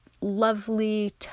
lovely